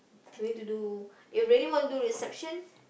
no need to do if really want to do reception